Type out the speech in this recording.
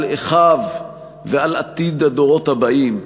על אחיו ועל עתיד הדורות הבאים,